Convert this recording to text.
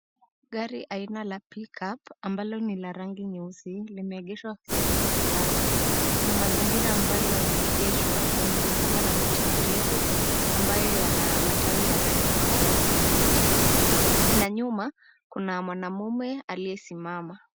Gari aina la pick up ambalo ni la rangi nyeusi limeegeshwa sehemu fulani, na mazingira ambayo yameegeshwa, yamezungukwa na miti mirefu, ambayo yana matawi ya rangi ya kijani kibichi. Na nyuma, kuna mwanamume aliyesimama.